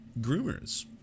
Groomers